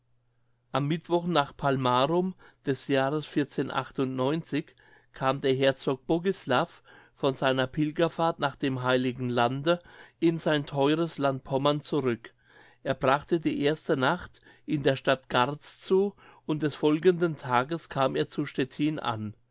am mittwochen nach palmarum des jahres kam der herzog bogislav von seiner pilgerfahrt nach dem heiligen lande in sein theures land pommern zurück er brachte die erste nacht in der stadt garz zu und des folgenden tages kam er zu stettin an